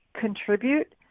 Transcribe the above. contribute